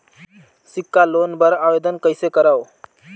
सिक्छा लोन बर आवेदन कइसे करव?